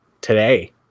today